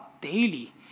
daily